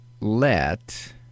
let